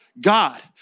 God